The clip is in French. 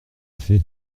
fait